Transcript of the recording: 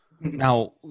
Now